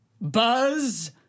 Buzz